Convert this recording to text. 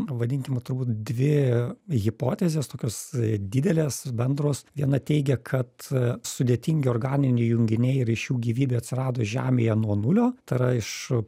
vadinkim turbūt dvi hipotezės tokios didelės bendros viena teigė kad sudėtingi organiniai junginiai ir iš jų gyvybė atsirado žemėje nuo nulio tai yra iš